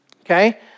Okay